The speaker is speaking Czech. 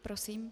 Prosím.